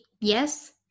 yes